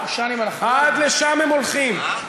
עד לשם הם הולכים.